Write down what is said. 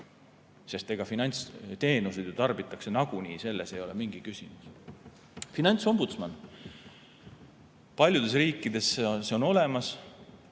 Sest finantsteenuseid ju tarbitakse nagunii, selles ei ole mingi küsimus. Finantsombudsman. Paljudes riikides on see olemas.